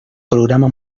programa